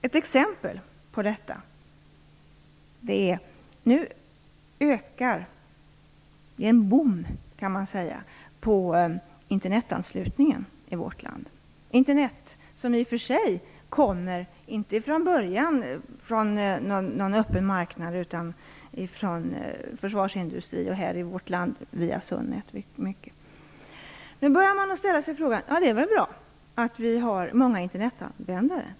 Ett exempel på detta är att Internetanslutningen ökar. Man kan säga att det är en boom i vårt land. Internet kommer från början i och för sig inte från en öppen marknad utan från försvarsindustrin och i vårt land mycket via Sunnet. Nu börjar man säga: Det är väl bra att vi har många Internetanvändare.